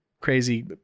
crazy